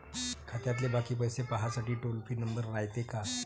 खात्यातले बाकी पैसे पाहासाठी टोल फ्री नंबर रायते का?